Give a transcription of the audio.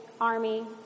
army